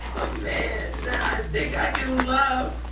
a man that i think i can love,